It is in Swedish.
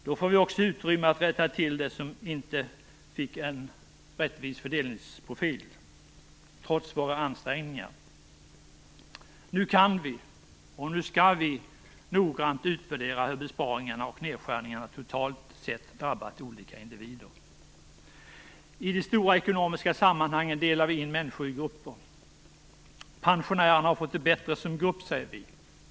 Då får vi också utrymme att rätta till det som inte fick en rättvis fördelningsprofil trots våra ansträngningar. Nu kan vi, och nu skall vi, noggrant utvärdera hur besparingarna och nedskärningarna totalt sett drabbat olika individer. I de stora ekonomiska sammanhangen delar vi in människor i grupper. Pensionärerna har fått det bättre som grupp, säger vi.